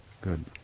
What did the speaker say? good